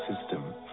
system